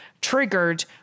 triggered